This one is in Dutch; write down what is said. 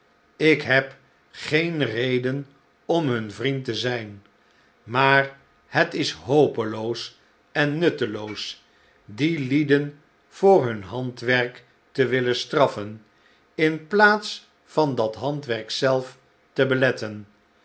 ik heb geen reden om hun vriend te zijn maar het is hopeloos en nutteloos die lieden voor hun handwerk te willen straffen in plaats van dat handwerk zelf te beletten